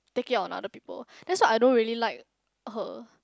take it out on other people that's what I don't really like her